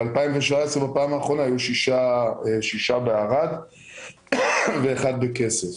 ב-2017 בפעם האחרונה היו שישה בארד ואחד בכסף.